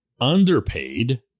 underpaid